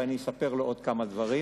ואני אספר לו עוד כמה דברים,